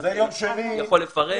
הוא יכול לפרט.